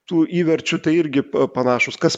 tų įverčių tai irgi panašūs kas